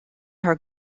her